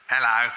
Hello